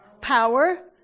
Power